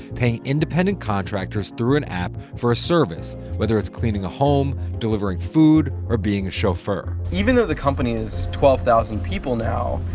paying independent contractors through an app for a service, whether it's cleaning a home, delivering food, or being a chauffeur even though the company is twelve thousand people now,